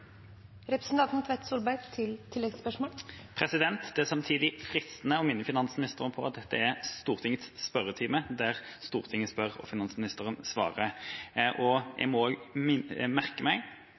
Det er samtidig fristende å minne finansministeren på at dette er Stortingets spørretime, der Stortinget spør og finansministeren svarer. Og